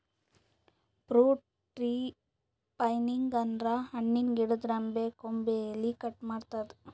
fruit tree pruning ಅಂದ್ರ ಹಣ್ಣಿನ್ ಗಿಡದ್ ರೆಂಬೆ ಕೊಂಬೆ ಎಲಿ ಕಟ್ ಮಾಡದ್ದ್